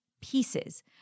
pieces